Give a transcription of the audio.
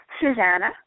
Susanna